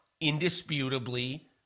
indisputably